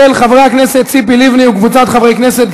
של חברי הכנסת ציפי לבני וקבוצת חברי הכנסת.